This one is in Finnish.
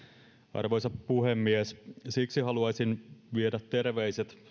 arvoisa puhemies siksi haluaisin viedä terveiset